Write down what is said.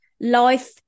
life